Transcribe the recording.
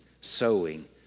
sowing